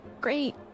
Great